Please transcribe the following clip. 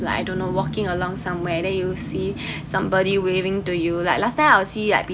like I don't know walking along somewhere then you see somebody waving to you like last time I’ll see like people